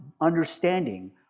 understanding